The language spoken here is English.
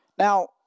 Now